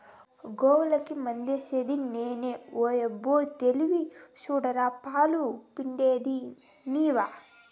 గోవులకి మందేసిది నేను ఓయబ్బో తెలివి సూడరా పాలు పిండేది నీవా